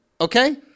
okay